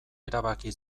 erabaki